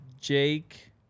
Jake